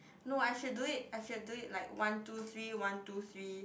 no I should do it I should do it like one two three one two three